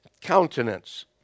countenance